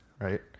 right